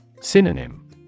Synonym